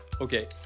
Okay